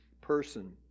person